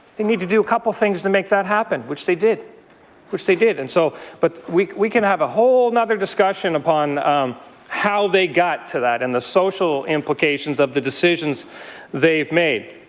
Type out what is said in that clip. they need to do a couple of things to make that happen, which they did which they did. and so but we we can have a whole and other discussion upon how they got to that and the social implications of the decisions they've made.